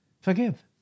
Forgive